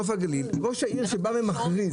ראש העיר שבא ומכריז,